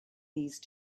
these